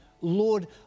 Lord